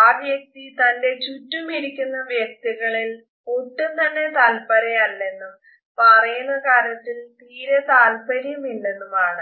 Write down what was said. ആ വ്യക്തി തന്റെ ചുറ്റും ഇരിക്കുന്ന വ്യക്തികളിൽ ഒട്ടും തന്നെ തല്പരയല്ലെന്നും പറയുന്ന കാര്യത്തിൽ തീരെ താല്പര്യം ഇല്ലെന്നുമാണ്